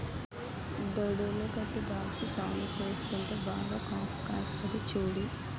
దడులు గట్టీ ద్రాక్ష సాగు చేస్తుంటే బాగా కాపుకాస్తంది సూడు